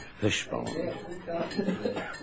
fishbone